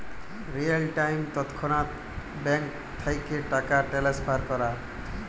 real time তৎক্ষণাৎ bank থ্যাইকে টাকা টেলেসফার ক্যরা